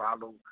Follow